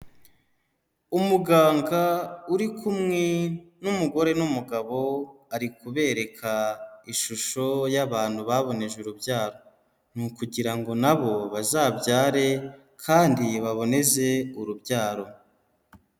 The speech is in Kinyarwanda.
Umuganga uri kumwe n'umugore n'umugabo, ari kubereka ishusho y'abantu baboneje urubyaro, ni ukugira ngo na bo bazabyare kandi baboneze urubyaro.